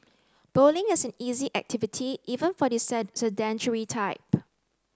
bowling is an easy activity even for the set sedentary type